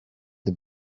the